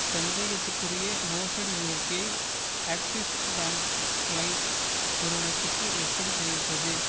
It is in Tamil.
சந்தேகத்துக்குரிய மோசடி முயற்சியை ஆக்ஸிஸ் பேங்க் லைம் நிறுவனத்துக்கு எப்படித் தெரிவிப்பது